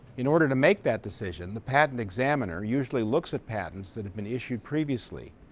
in order to make that decision, the patent examiner usually looks at patents that have been issued previously,